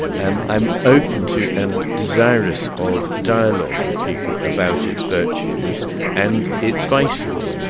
i'm i'm open to and desirous of dialogue with people about its virtues and its vices.